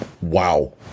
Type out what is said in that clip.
Wow